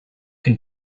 can